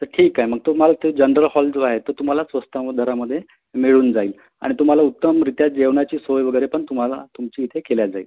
तर ठीक आहे मग तुम्हाला ते जनरल हॉल जो आहे तो तुम्हाला स्वस्ताव दरामध्ये मिळून जाईल तुम्हाला उत्तमरित्या जेवणाची सोय वगैरे पण तुम्हाला तुमची इथे केली जाईल